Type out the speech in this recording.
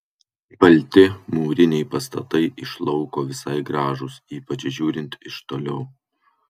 balti mūriniai pastatai iš lauko visai gražūs ypač žiūrint iš toliau